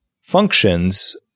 functions